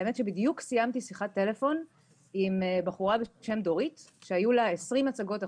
בדיוק סיימתי שיחת טלפון עם בחורה בשם דורית שהיו לה 20 הצגות החודש.